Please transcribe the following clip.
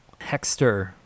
Hexter